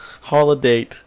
Holiday